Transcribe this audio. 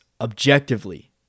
objectively